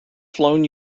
flown